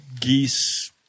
geese